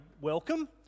welcome